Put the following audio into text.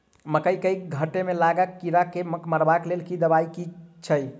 मकई केँ घेँट मे लागल कीड़ा केँ मारबाक लेल केँ दवाई केँ छीटि?